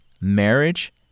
marriage